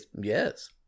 Yes